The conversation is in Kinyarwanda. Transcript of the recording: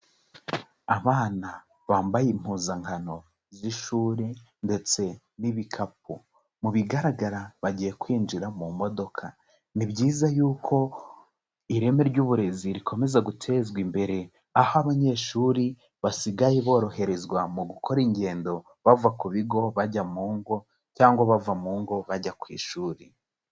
Abana bambaye impuzankano z'ishuri ndetse n'ibikapu, mu bigaragara bagiye kwinjira mu modoka, ni byiza yuko ireme ry'uburezi rikomeza gutezwa imbere aho abanyeshuri basigaye boroherezwa mu gukora ingendo bava ku bigo bajya mu ngo cyangwa bava mu ngo bajya ku ishuri.